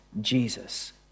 Jesus